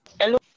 Hello